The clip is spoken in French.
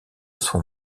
son